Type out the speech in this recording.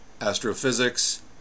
astrophysics